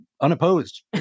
unopposed